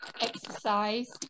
exercise